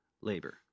labor